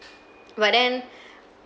but then